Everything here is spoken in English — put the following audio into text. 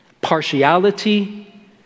partiality